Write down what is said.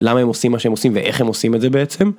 למה הם עושים מה שהם עושים ואיך הם עושים את זה בעצם.